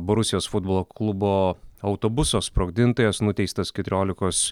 borusijos futbolo klubo autobuso sprogdintojas nuteistas keturiolikos